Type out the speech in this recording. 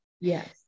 Yes